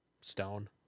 Stone